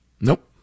Nope